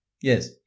Yes